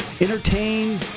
entertain